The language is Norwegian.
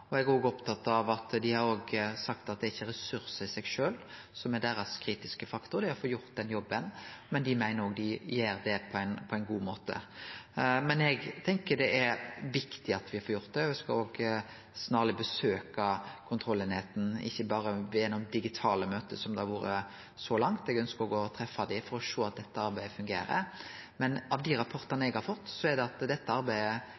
sagt at det er ikkje ressursar i seg sjølv som er deira kritiske faktor, det er å få gjort den jobben, men dei meiner òg dei gjer det på ein god måte. Eg tenkjer det er viktig at me får gjort det. Eg skal snarleg besøka kontrolleininga ikkje berre gjennom digitale møte, som det har vore så langt, eg ønskjer òg å treffe dei for å sjå at dette arbeidet fungerer. Av dei rapportane eg har fått, ser eg at dette arbeidet